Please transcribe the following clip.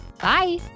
Bye